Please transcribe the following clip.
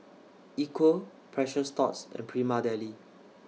Equal Precious Thots and Prima Deli